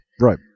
Right